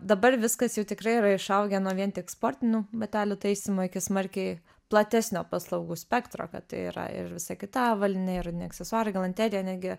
dabar viskas jau tikrai yra išaugę nuo vien tik sportinių batelių taisymo iki smarkiai platesnio paslaugų spektro kad tai yra ir visa kita avalynė ir aksesuarai galanterija netgi